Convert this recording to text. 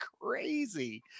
crazy